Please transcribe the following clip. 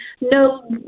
no—